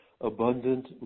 abundant